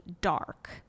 dark